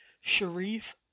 Sharif